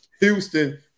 Houston